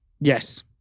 Yes